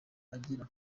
agira